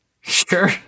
Sure